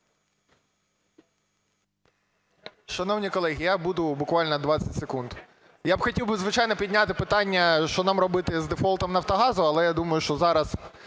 Шановні колеги, я буду буквально 20 секунд. Я б хотів би, звичайно, підняти питання, що нам робити з дефолтом Нафтогазу. Але я думаю, що зараз